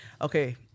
Okay